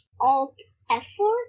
Alt-F4